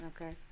Okay